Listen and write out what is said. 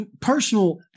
personal